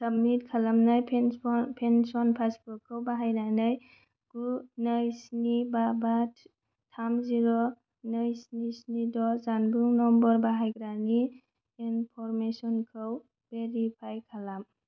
submit खालामनाय pension पासबुकखौ बाहायनानै गु नै स्नि बा बा थाम जिर' नै स्नि स्नि द' जानबुं नम्बर बाहायग्रानि इनफ'रमेसनखौ भेरिफाइ खालाम